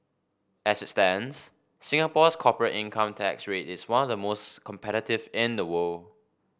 as it stands Singapore's corporate income tax rate is one of the most competitive in the world